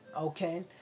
Okay